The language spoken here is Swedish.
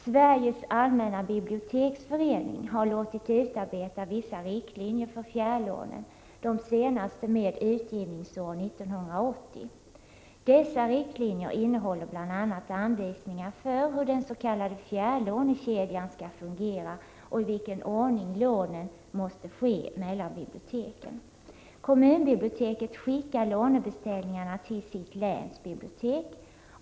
Sveriges allmänna biblioteksförening har låtit utarbeta vissa riktlinjer för fjärrlånen — de senaste med utgivningsår 1980. Dessa riktlinjer innehåller bl.a. anvisningar för hur den s.k. fjärrlånekedjan skall fungera och i vilken ordning lånen mellan biblioteken måste ske. Kommunbiblioteket skickar lånebeställningarna till sitt länsbibliotek.